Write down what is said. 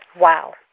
Wow